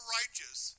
righteous